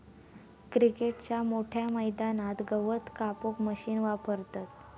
क्रिकेटच्या मोठ्या मैदानात गवत कापूक मशीन वापरतत